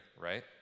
right